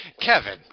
Kevin